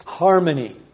Harmony